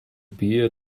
beer